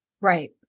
Right